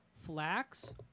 flax